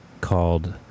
called